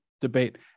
debate